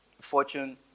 fortune